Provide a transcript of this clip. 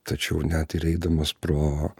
tačiau net ir eidamas pro